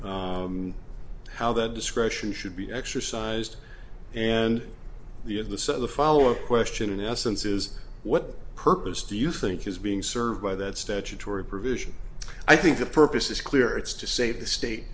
to how that discretion should be exercised and the of the so the follow up question in essence is what purpose do you think is being served by that statutory provision i think the purpose is clear it's to say the state